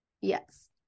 Yes